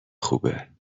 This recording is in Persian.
خوبه